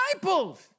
disciples